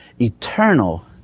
eternal